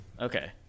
Okay